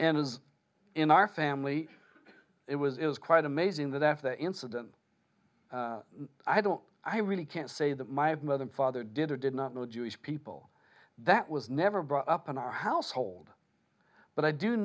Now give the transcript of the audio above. and has in our family it was is quite amazing that after the incident i don't i really can't say that my mother or father did or did not know jewish people that was never brought up in our household but i do